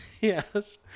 yes